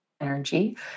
energy